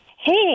Hey